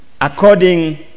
according